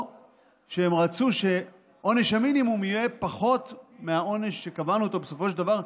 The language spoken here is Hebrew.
או שהם רצו שעונש המינימום יהיה פחות מהעונש שקבענו בסופו של דבר,